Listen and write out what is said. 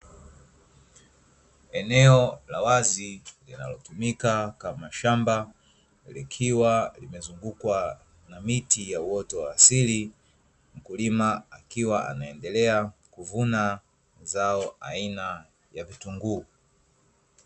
Eneo la wazi linalotumika kama shamba, likiwa limezungukwa na miti ya uoto wa asili. Mkulima akiwa anaendelea kuvuna zao aina ya vitunguu.